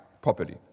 properly